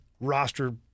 roster